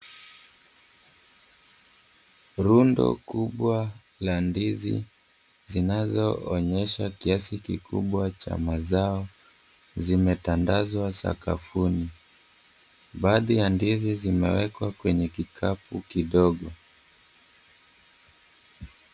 Rundo kubwa la ndizi zinazoonyesha kiasi kikubwa cha mazao, zimetandazwa sakafuni baadhi ya ndizi zimewekwa kwenye kikapu kidogo.